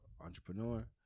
entrepreneur